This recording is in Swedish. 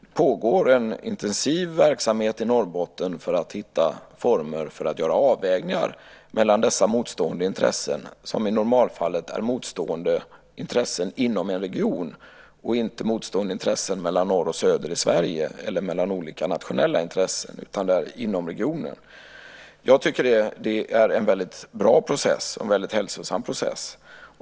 Det pågår en intensiv verksamhet i Norrbotten för att hitta former för att göra avvägningar mellan dessa motstående intressen som i normalfallet är motstående intressen inom en region och inte motstående intressen mellan norr och söder i Sverige eller mellan olika nationella intressen. Det är inom regionen. Jag tycker att det är en väldigt bra och hälsosam process.